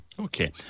Okay